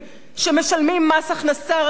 שמשלמים מס הכנסה רגיל,